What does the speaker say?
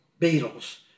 Beatles